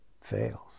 fails